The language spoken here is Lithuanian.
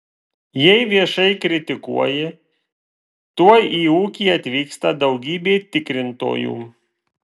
jei viešai kritikuoji tuoj į ūkį atvyksta daugybė tikrintojų